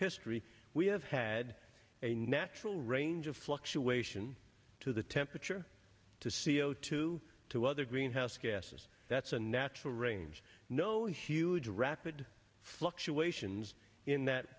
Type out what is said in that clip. history we have had a natural range of fluctuation to the temperature to c o two to other greenhouse gases that's a natural range no huge rapid fluctuations in that